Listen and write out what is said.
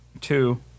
two